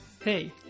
Hey